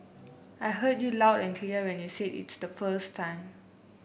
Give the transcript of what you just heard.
I heard you loud and clear when you said it the first time